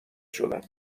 شدم